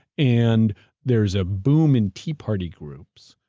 and there's a boom in tea party groups,